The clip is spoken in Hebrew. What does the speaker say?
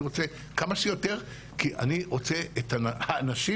אני רוצה כמה שיותר כי אני רוצה את האנשים